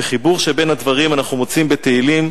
וחיבור בין הדברים אנחנו מוצאים בתהילים,